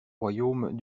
royaume